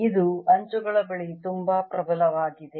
ಇದು ಅಂಚುಗಳ ಬಳಿ ತುಂಬಾ ಪ್ರಬಲವಾಗಿದೆ